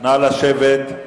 נא לשבת.